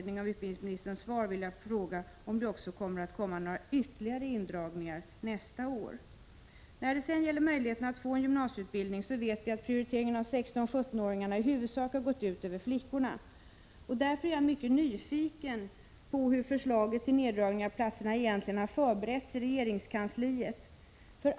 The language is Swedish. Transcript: När det sedan gäller möjligheterna att få en gymnasieutbildning vet jag att prioriteringen av 16-17-åringarna i huvudsak har gått ut över flickorna. Därför är jag mycket nyfiken på hur förslaget till neddragning av platserna egentligen har förberetts i regeringskansliet.